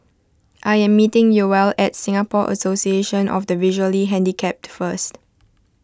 I am meeting Yoel at Singapore Association of the Visually Handicapped first